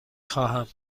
خواهم